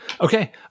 Okay